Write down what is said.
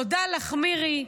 תודה לך, מירי.